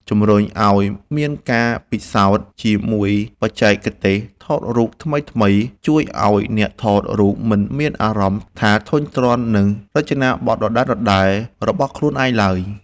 ជម្រុញឱ្យមានការពិសោធន៍ជាមួយបច្ចេកទេសថតរូបថ្មីៗជួយឱ្យអ្នកថតរូបមិនមានអារម្មណ៍ថាធុញទ្រាន់នឹងរចនាបថដដែលៗរបស់ខ្លួនឯងឡើយ។